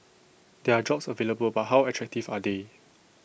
there are jobs available but how attractive are they